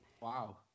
Wow